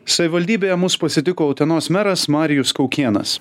savivaldybėje mus pasitiko utenos meras marijus kaukėnas